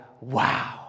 Wow